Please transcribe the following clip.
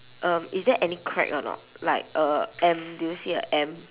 um is there any crack or not like a M do you see a M